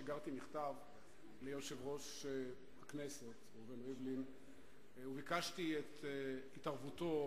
שיגרתי מכתב ליושב-ראש הכנסת ראובן ריבלין וביקשתי את התערבותו,